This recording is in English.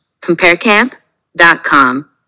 comparecamp.com